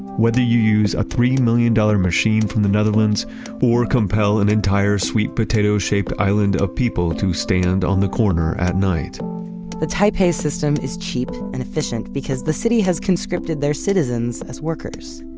whether you use a three million dollars machine from the netherlands or compel an entire sweet potato-shaped island of people to stand on the corner at night the taipei system is cheap and efficient because the city has conscripted their citizens as workers,